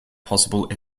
possible